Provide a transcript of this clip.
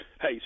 Hey